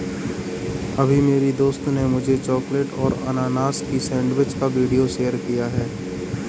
अभी मेरी दोस्त ने मुझे चॉकलेट और अनानास की सेंडविच का वीडियो शेयर किया है